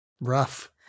Rough